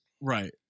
Right